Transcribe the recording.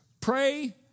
pray